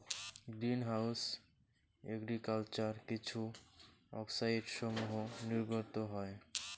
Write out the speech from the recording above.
green house agriculture কিছু অক্সাইডসমূহ নির্গত হয়